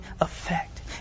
effect